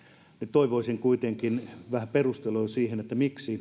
toivoisin kuitenkin vähän perusteluja siihen miksi